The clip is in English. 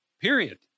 Period